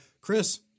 Chris